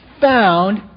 found